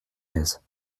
aise